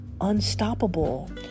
unstoppable